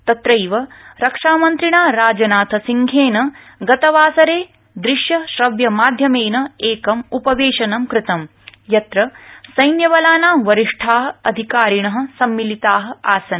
तट्रैव रक्षामन्त्रिणा राजनाथसिंहेन गतवासरे दृश्य श्रव्य माध्यमेन एकंउपवेशनं कृतं यत्र सैन्यबलानां वरिष्ठा अधिकारिण सम्मिलिता आसन्